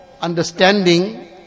understanding